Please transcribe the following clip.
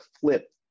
flip